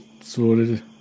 sorted